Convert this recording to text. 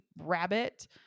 rabbit